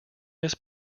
this